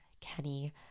kenny